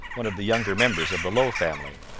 one of the younger members of the low family.